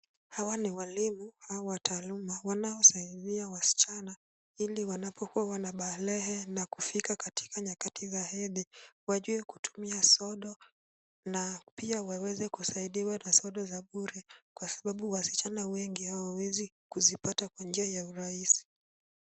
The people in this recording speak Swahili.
Hawa ni walimu au wataaluma wanaosaidia wasichana ili wanapokuwa wanabaleghe na kufika katika nyakati za hedhi wajue kutumia sodo na pia waweze kusaidiwa na sodo za bure kwa sababu wasichana wengi hawawezi kuzipata kwa njia ya urahisi.